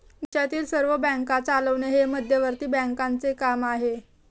देशातील सर्व बँका चालवणे हे मध्यवर्ती बँकांचे काम आहे